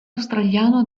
australiano